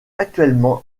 actuellement